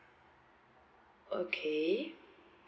okay